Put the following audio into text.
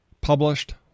published